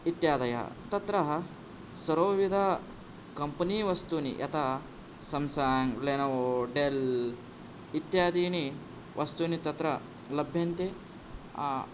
इत्यादयः तत्र सर्वविध कम्पनी वस्तूनि यथा सम्साङ्ग् लेनोवा डेल् इत्यादिनी वस्तूनि तत्र लभ्यन्ते